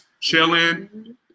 chilling